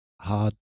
hard